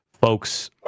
folks